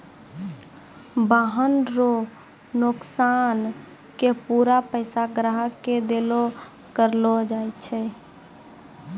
वाहन रो नोकसान के पूरा पैसा ग्राहक के देलो करलो जाय छै